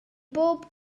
bob